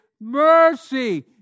mercy